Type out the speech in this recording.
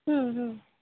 ಹ್ಞೂ ಹ್ಞೂ